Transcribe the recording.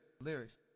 Lyrics